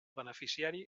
beneficiari